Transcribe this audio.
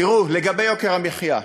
לגבי יוקר המחיה,